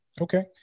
Okay